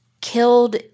killed